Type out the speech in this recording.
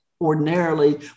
ordinarily